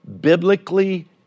biblically